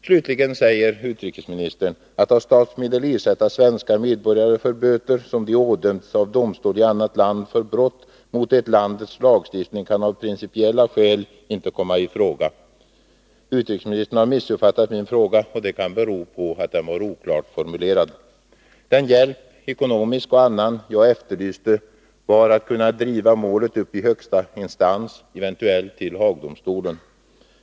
Slutligen säger utrikesministern: ”Att av statsmedel ersätta svenska medborgare för böter som de ådömts av domstol i annat land för brott mot det landets lagstiftning kan av principiella skäl inte komma i fråga.” Utrikesministern har missuppfattat min fråga, och det kan bero på att den är oklart formulerad. Den hjälp — ekonomisk och annan — som jag efterlyste var att kunna driva målet upp i högsta instans, eventuellt till Haagdomstolen.